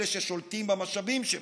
אלה ששולטים במשאבים שבה,